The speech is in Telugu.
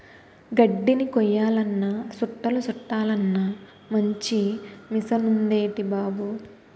గడ్దిని కొయ్యాలన్నా సుట్టలు సుట్టలన్నా మంచి మిసనుందేటి బాబూ